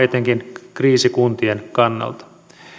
etenkin kriisikuntien kannalta